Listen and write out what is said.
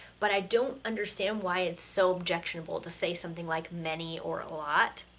but i don't understand why it's so objectionable to say something like many or a lot.